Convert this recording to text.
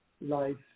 life